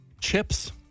Chips